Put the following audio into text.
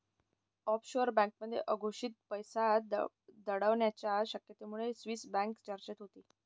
offshore बँकांमध्ये अघोषित पैसा दडवण्याच्या शक्यतेमुळे स्विस बँक चर्चेत होती